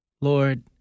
Lord